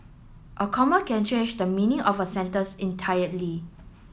a comma can change the meaning of a sentence entirely